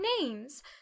names